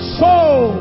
soul